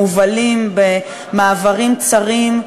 מובלים במעברים צרים,